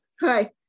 Hi